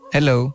Hello